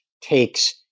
takes